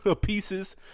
pieces